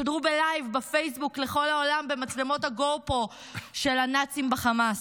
שודרו בלייב בפייסבוק לכל העולם במצלמות ה-GoPro של הנאצים בחמאס.